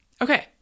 Okay